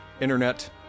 internet